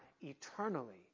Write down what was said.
eternally